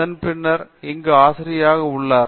அதன்பின்னர் இங்கு ஆசிரியராக உள்ளார்